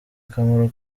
akamaro